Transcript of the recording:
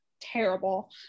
terrible